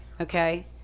okay